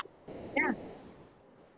ya